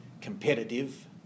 competitive